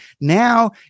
Now